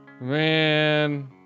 man